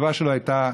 התשובה שלו הייתה: